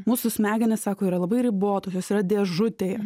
mūsų smegenys sako yra labai ribotos jos yra dėžutėje